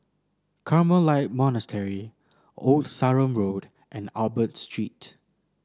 Carmelite Monastery Old Sarum Road and Albert Street